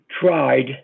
tried